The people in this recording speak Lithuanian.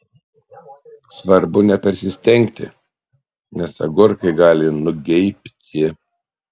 svarbu nepersistengti nes agurkai gali nugeibti